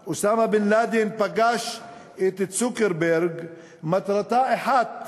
שלפיו אוסאמה בן-לאדן פגש את צוקרברג, מטרתו אחת: